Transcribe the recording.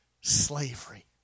slavery